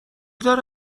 داره